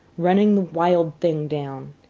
running the wild thing down,